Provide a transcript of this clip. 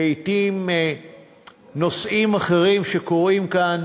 לעתים בגלל נושאים אחרים שקורים כאן